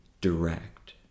direct